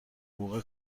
حقوق